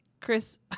Chris